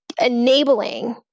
enabling